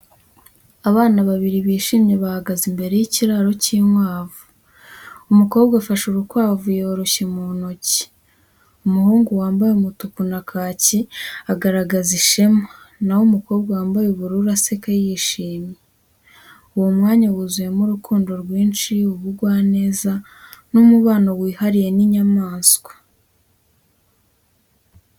Abana babiri bishimye bahagaze imbere y’ikiraro cy’inkwavu, umukobwa afashe urukwavu yoroshye mu ntoki. Umuhungu wambaye umutuku na kaki agaragaza ishema, naho umukobwa wambaye ubururu aseka yishimye. Uwo mwanya wuzuyemo urukundo rwinshi, ubugwaneza, n’umubano wihariye n’inyamaswa.